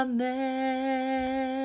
Amen